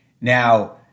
Now